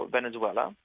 Venezuela